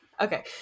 Okay